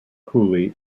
cooley